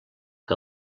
que